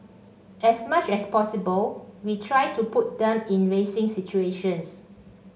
as much as possible we try to put them in racing situations